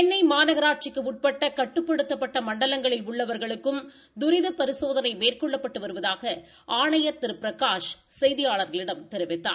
சென்னை மாநகராட்சிக்கு உட்பட்ட கட்டுப்படுத்தப்பட்ட மண்டலங்களில் உள்ளவர்களுக்கும் துரித பரிசோதனை மேற்கொள்ளப்பட்டு வருவதாக ஆணையர் திரு பிரகாஷ் செய்தியாளர்களிடம் தெரிவித்தார்